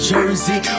Jersey